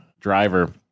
driver